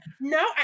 No